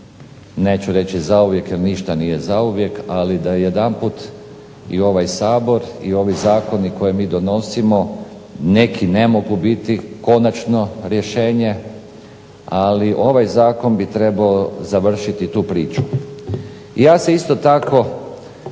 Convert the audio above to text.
neću reći zauvijek jer ništa nije zauvijek, ali da jedanput i ovaj Sabor i ovi zakoni koje mi donosimo neki ne mogu biti konačno rješenje, ali ovaj zakon bi trebao završiti tu priču. I ja se isto tako